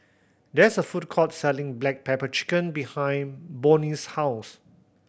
there's a food court selling black pepper chicken behind Boone's house